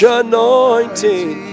anointing